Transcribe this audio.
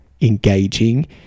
engaging